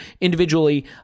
individually